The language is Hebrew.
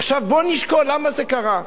עכשיו, בוא נשקול למה זה קרה,